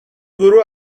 گروه